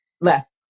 left